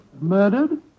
Murdered